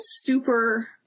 super